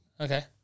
Okay